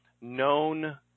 known